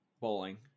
bowling